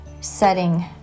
setting